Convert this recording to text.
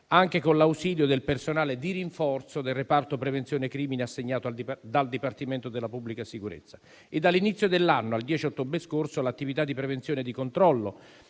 anche con l'ausilio del personale di rinforzo del reparto prevenzione crimine assegnato dal Dipartimento della pubblica sicurezza. Dall'inizio dell'anno al 10 ottobre scorso l'attività di prevenzione e di controllo